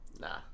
Nah